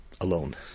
alone